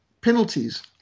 penalties